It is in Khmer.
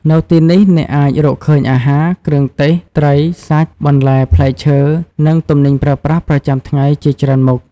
នៅទីនេះអ្នកអាចរកឃើញអាហារ គ្រឿងទេស ត្រីសាច់ បន្លែផ្លែឈើ និងទំនិញប្រើប្រាស់ប្រចាំថ្ងៃជាច្រើនមុខ។